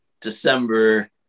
December